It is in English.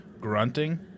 grunting